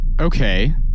Okay